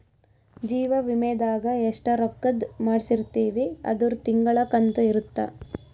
ಜೀವ ವಿಮೆದಾಗ ಎಸ್ಟ ರೊಕ್ಕಧ್ ಮಾಡ್ಸಿರ್ತಿವಿ ಅದುರ್ ತಿಂಗಳ ಕಂತು ಇರುತ್ತ